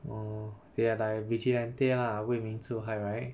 orh they are like vigilante lah 为民除害 right